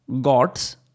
gods